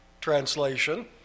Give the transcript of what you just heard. translation